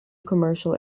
commercial